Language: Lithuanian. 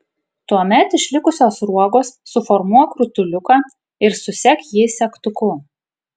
tuomet iš likusios sruogos suformuok rutuliuką ir susek jį segtuku